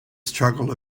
struggle